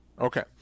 Okay